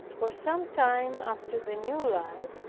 for some time after the new life,